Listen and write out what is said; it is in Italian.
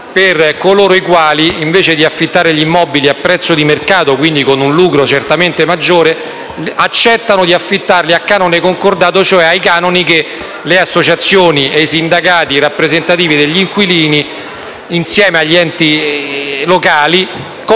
per coloro i quali invece di affittare gli immobili a prezzo di mercato, quindi con un lucro certamente maggiore, accettano di affittare a canone concordato, cioè ai canoni che le associazioni e i sindacati rappresentativi degli inquilini concordano insieme agli enti locali per